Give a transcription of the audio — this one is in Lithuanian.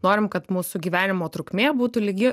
norim kad mūsų gyvenimo trukmė būtų lygi